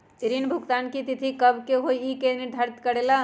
ऋण भुगतान की तिथि कव के होई इ के निर्धारित करेला?